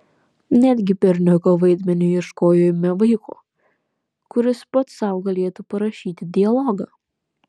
netgi berniuko vaidmeniui ieškojome vaiko kuris pats sau galėtų parašyti dialogą